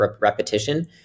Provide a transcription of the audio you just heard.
repetition